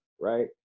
Right